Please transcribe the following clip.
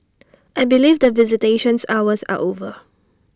I believe that visitations hours are over